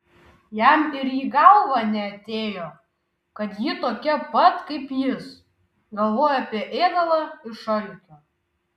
jam ir į galvą neatėjo kad ji tokia pat kaip jis galvoja apie ėdalą iš alkio